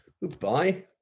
Goodbye